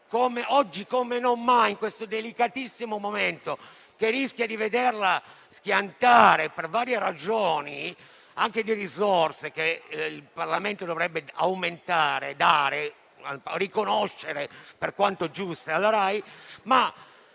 oggi come non mai, in questo delicatissimo momento, che rischia di vederla schiantare per varie ragioni - anche di risorse che il Parlamento dovrebbe aumentare e riconoscere in quanto giuste. Non si